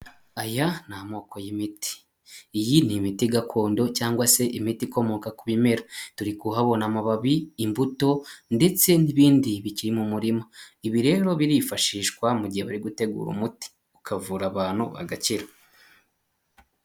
Aya ni amoko y'imiti: iyi ni imiti gakondo cyangwa se imiti ikomoka ku bimera, turi kuhabona amababi, imbuto, ndetse n'ibindi bikiri mu murima ibi rero birifashishwa mu gihe bari gutegura uwo umuti ukavura abantu bagakira.